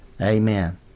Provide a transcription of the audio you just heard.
Amen